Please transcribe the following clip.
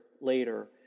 later